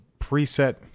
preset